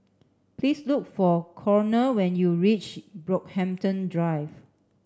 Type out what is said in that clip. please look for Connor when you reach Brockhampton Drive